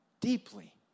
deeply